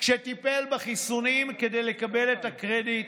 כשטיפל בחיסונים כדי לקבל את הקרדיט